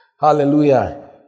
Hallelujah